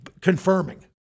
confirming